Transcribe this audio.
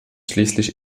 schließlich